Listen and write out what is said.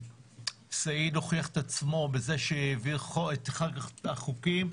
סעיד הוכיח את עצמו בזה שהעביר את אחד החוקים,